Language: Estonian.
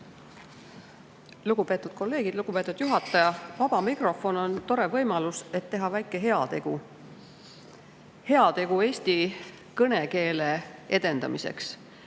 Lugupeetud kolleegid! Lugupeetud juhataja! Vaba mikrofon on tore võimalus, et teha väike heategu, heategu eesti kõnekeele edendamiseks.